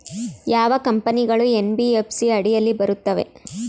ಯಾವ ಕಂಪನಿಗಳು ಎನ್.ಬಿ.ಎಫ್.ಸಿ ಅಡಿಯಲ್ಲಿ ಬರುತ್ತವೆ?